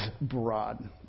broad